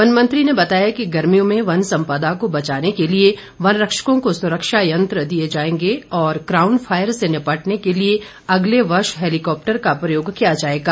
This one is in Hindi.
वन मंत्री ने बताया कि गर्मियों में वन संपदा को बचाने के लिए वन रक्षकों को सुरक्षा यंत्र दिए जाएंगे और क्राउन फायर से निपटने के लिए अगले वर्ष हैलीकॉप्टर का प्रयोग किया जाएगा